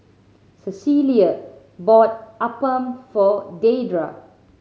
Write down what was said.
Cecelia bought appam for Deidra